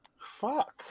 Fuck